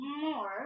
more